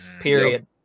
period